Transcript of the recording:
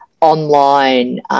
online –